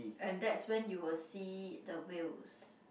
and that's when you will see the whales